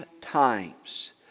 times